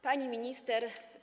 Pani Minister!